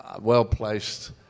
well-placed